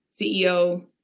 CEO